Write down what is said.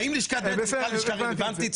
לדעת.